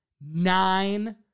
nine